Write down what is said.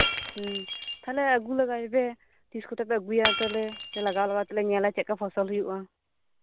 ᱦᱮᱸ ᱟᱹᱜᱩ ᱞᱟᱜᱟᱭᱵᱮᱱ ᱛᱤᱥᱠᱚᱛᱮᱯᱮ ᱟᱹᱜᱩᱭᱟ ᱞᱟᱜᱟᱣ ᱞᱟᱜᱟ ᱠᱟᱛᱮᱜᱞᱮ ᱧᱮᱞᱟ ᱪᱮᱫ ᱞᱮᱠᱟ ᱯᱷᱚᱥᱚᱞ ᱦᱩᱭᱩᱜᱼᱟ